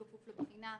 בכפוף לבחינה.